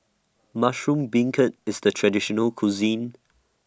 Mushroom Beancurd IS The Traditional Cuisine